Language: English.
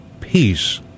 Peace